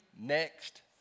next